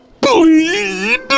bleed